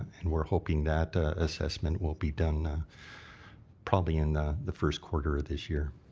and we're hoping that assessment will be done probably in the the first quarter of this year.